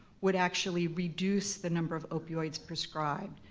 would actually reduce the number of opioids prescribed?